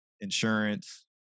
insurance